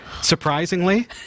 surprisingly